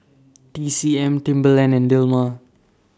T C M Timberland and Dilmah